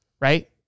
Right